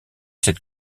cette